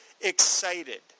excited